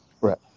right